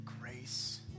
grace